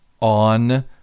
on